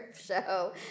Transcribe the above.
show